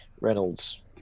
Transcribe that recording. Reynolds